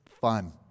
fun